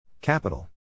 Capital